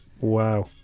Wow